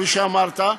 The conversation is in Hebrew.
כפי שאמרת,